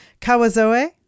Kawazoe